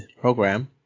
program